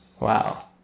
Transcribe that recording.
Wow